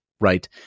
right